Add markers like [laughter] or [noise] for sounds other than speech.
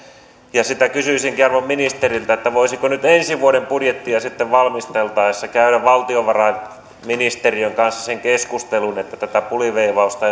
mistä kysyisinkin arvon ministeriltä voisiko nyt ensi vuoden budjettia sitten valmisteltaessa käydä valtiovarainministeriön kanssa sen keskustelun että tätä puliveivausta [unintelligible]